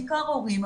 בעיקר הורים,